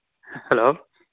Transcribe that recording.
hello